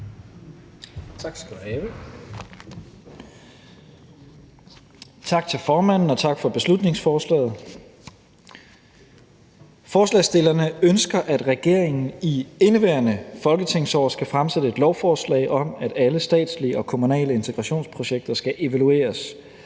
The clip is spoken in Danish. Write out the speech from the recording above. Tak til formanden, og tak for beslutningsforslaget. Forslagsstillerne ønsker, at regeringen i indeværende folketingsår skal fremsætte et lovforslag om, at alle statslige og kommunale integrationsprojekter skal evalueres.